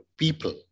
People